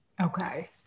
Okay